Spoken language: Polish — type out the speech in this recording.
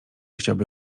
chciałby